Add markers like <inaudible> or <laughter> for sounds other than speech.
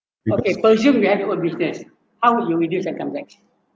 <noise> okay presume if I got re-tax how you reduce income tax